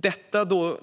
Det